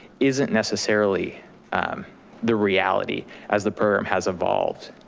isn't necessarily the reality as the program has evolved.